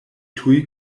tuj